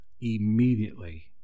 Immediately